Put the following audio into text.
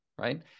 right